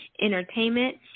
Entertainment